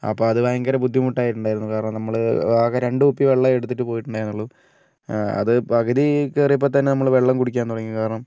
അപ്പം അത് ഭയങ്കര ബുദ്ദിമുട്ടായിട്ടുണ്ടായിരുന്നു കാരണം നമ്മൾ ആകെ രണ്ട് കുപ്പി വെള്ളമേ എടുത്തിട്ട് പോയിട്ടുണ്ടായിരുന്നുള്ളു അത് പകുതി കയറിയപ്പം തന്നെ നമ്മൾ വെള്ളം കുടിക്കാൻ തുടങ്ങി കാരണം